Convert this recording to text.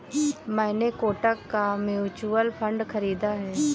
मैंने कोटक का mutual fund खरीदा है